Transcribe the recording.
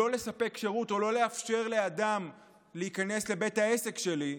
לא לספק שירות או לא לאפשר לאדם להיכנס לבית העסק שלי,